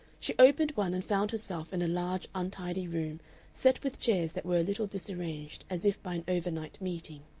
she opened one and found herself in a large untidy room set with chairs that were a little disarranged as if by an overnight meeting.